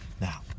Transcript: Now